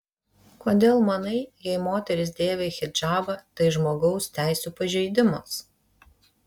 kodėl manai jei moteris dėvi hidžabą tai žmogaus teisių pažeidimas